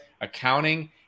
Accounting